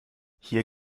hier